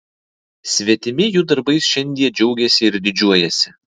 svetimi jų darbais šiandie džiaugiasi ir didžiuojasi